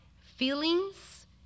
feelings